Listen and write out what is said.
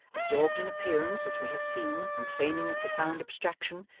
absorbed in appearance, as we have seen, and feigning a profound abstraction,